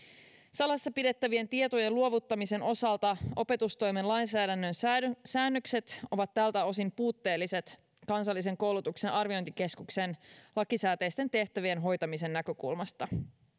salassa pidettävien tietojen luovuttamisen osalta opetustoimen lainsäädännön säännökset ovat tältä osin puutteelliset kansallisen koulutuksen arviointikeskuksen lakisääteisten tehtävien hoitamisen näkökulmasta